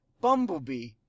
Bumblebee